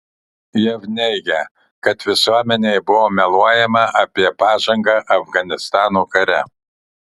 jav neigia kad visuomenei buvo meluojama apie pažangą afganistano kare